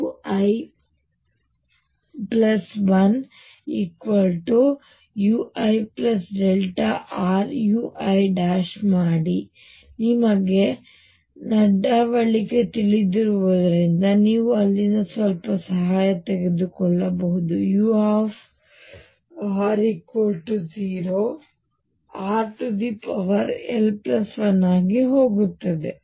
ಈಗ ಇಲ್ಲಿ ನಿಮಗೆ ನಡವಳಿಕೆ ತಿಳಿದಿರುವುದರಿಂದ ನೀವು ಅಲ್ಲಿಂದ ಸ್ವಲ್ಪ ಸಹಾಯ ತೆಗೆದುಕೊಳ್ಳಬಹುದು u r 0 rl1 ಆಗಿ ಹೋಗುತ್ತದೆ